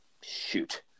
Shoot